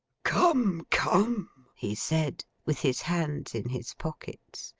come, come he said, with his hands in his pockets,